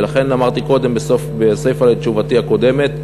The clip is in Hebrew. ולכן, אמרתי קודם, בסיפה של תשובתי הקודמת,